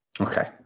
Okay